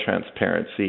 transparency